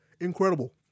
Incredible